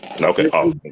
Okay